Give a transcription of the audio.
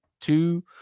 two